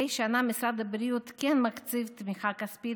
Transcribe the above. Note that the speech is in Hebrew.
מדי שנה משרד הבריאות כן מקצה תמיכה כספית